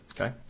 okay